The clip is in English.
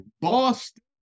Boston